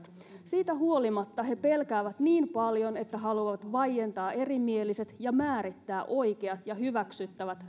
siitä huolimatta he pelkäävät niin paljon että haluavat vaientaa erimieliset ja määrittää oikeat ja hyväksyttävät